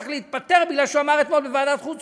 צריך להתפטר כי הוא אמר אתמול בוועדת החוץ